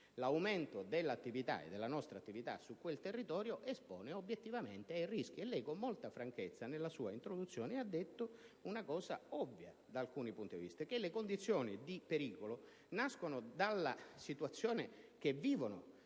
l'aumento della nostra attività su quel territorio espone obiettivamente a rischi. Lei, con molta franchezza, nella sua introduzione ha detto una cosa ovvia, da alcuni punti di vista, ossia che le condizioni di pericolo nascono dalla situazione che si